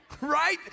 Right